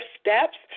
steps